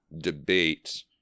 debate